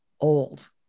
old